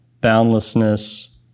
boundlessness